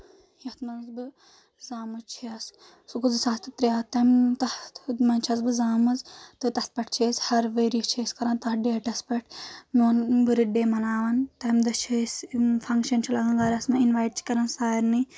یَتھ منٛز بہٕ زامٕز چھَس سُہ گوٚو زٕ ساس تہٕ ترٛےٚ تَمہِ تَتھ منٛز چھَس بہٕ زامٕژ تہٕ تَتھ پؠٹھ چھِ أسۍ ہر ؤرۍ یہِ چھِ أسۍ کَران تَتھ ڈیٹس پؠٹھ میون بٔرٕتھ ڈے مَناوان تَمہِ دۄہ چھِ أسۍ فنگشن چھِ لگان گرس منٛز اِنوایِٹ چھِ کران سارنٕے